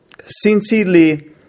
sincerely